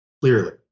clearly